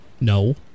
No